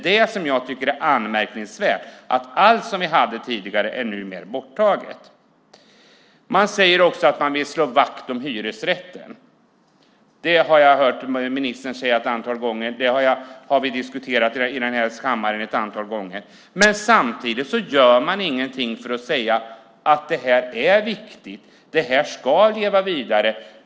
Det som jag tycker är anmärkningsvärt är att allt som vi hade tidigare numera är borttaget. Man säger också att man vill slå vakt om hyresrätten. Det har jag hört ministern säga ett antal gånger, och det har vi diskuterat i den här kammaren ett antal gånger. Men samtidigt gör man ingenting för att visa att det här är viktigt, att det här ska leva vidare.